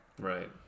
Right